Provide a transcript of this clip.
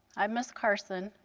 i'm ms. carson,